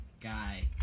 guy